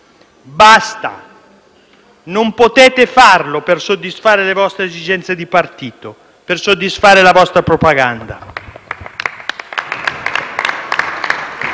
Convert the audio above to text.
basta! Non potete farlo per soddisfare le vostre esigenze di partito, per soddisfare la vostra propaganda.